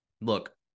look